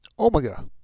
Omega